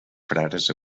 frares